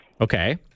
Okay